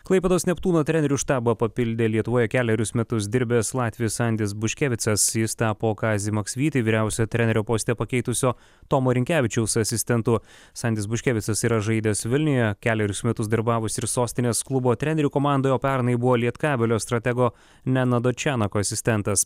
klaipėdos neptūno trenerių štabą papildė lietuvoje kelerius metus dirbęs latvis sandis buškevicas jis tapo kazį maksvytį vyriausiojo trenerio poste pakeitusio tomo rinkevičiaus asistentu sandis buškevicas yra žaidęs vilniuje kelerius metus darbavosi ir sostinės klubo trenerių komandoj o pernai buvo lietkabelio stratego nenado čenako asistentas